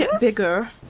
Bigger